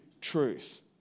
truth